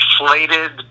inflated